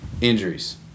injuries